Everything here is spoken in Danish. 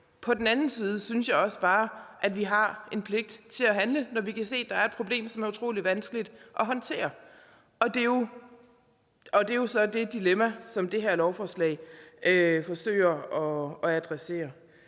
På den anden side synes jeg også bare, at vi har en pligt til at handle, når vi kan se, at der er et problem, som er utrolig vanskeligt at håndtere, og det er jo så det dilemma, som det her lovforslag forsøger at adressere.